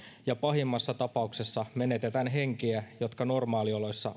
ja pahimmassa tapauksessa menetetään henkiä jotka normaalioloissa